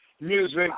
music